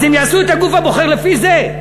אז הם יעשו את הגוף הבוחר לפי זה.